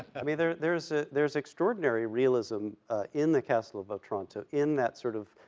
i mean, there's, there's there's extraordinary realism in the castle of otranto, in that sort of,